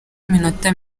iminota